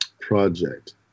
project